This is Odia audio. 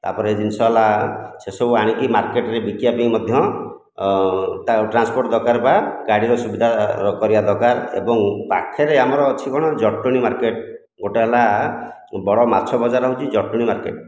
ତା'ପରେ ଜିନିଷ ହେଲା ସେସବୁ ଆଣିକି ମାର୍କେଟରେ ବିକିବା ପାଇଁ ମଧ୍ୟ ତା ଟ୍ରାନ୍ସପୋର୍ଟ ଦରକାର ବା ଗାଡ଼ିର ସୁବିଧା କରିବା ଦରକାର ଏବଂ ପାଖରେ ଆମର ଅଛି କ'ଣ ଜଟଣୀ ମାର୍କେଟ ଗୋଟିଏ ହେଲା ବଡ଼ ମାଛ ବଜାର ହେଉଛି ଜଟଣୀ ମାର୍କେଟ